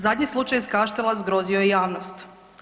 Zadnji slučaj iz Kaštela zgrozio je javnost.